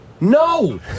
No